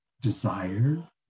desire